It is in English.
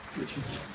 which is